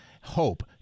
hope